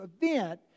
event